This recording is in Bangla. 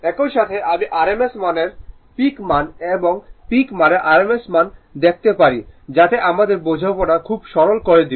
একই সাথে আমি rms মানের পিক মান এবং পিক মানের rms মান দেখাতে পারি যাতে আমাদের বোঝাপড়া খুব সরল করে দিবে